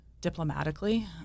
diplomatically